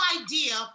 idea